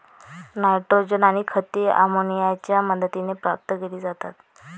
nitrogen आणि खते अमोनियाच्या मदतीने प्राप्त केली जातात